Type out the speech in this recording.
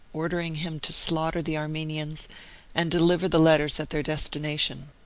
ordering him to slaughter the armenians and deliver the letters at their destination.